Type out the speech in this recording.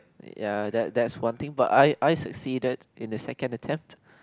ya that that's one thing but I I succeeded in the second attempt